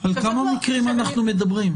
על כמה מקרים אנחנו מדברים?